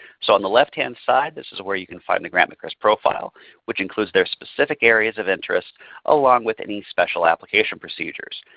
so on the left-hand side this is where you can find the grant maker's profile which includes their specific areas of interest along with any special application procedures.